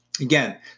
Again